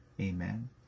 Amen